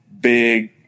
big